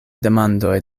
demandoj